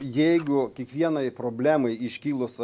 jeigu kiekvienai problemai iškilus